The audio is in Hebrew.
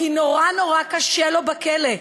כי נורא נורא קשה לו בכלא,